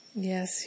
Yes